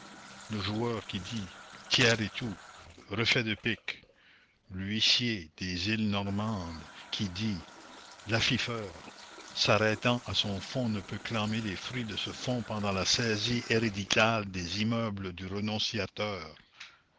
le joueur qui dit tiers et tout refait de pique l'huissier des îles normandes qui dit l'affieffeur s'arrêtant à son fonds ne peut clâmer les fruits de ce fonds pendant la saisie héréditale des immeubles du renonciateur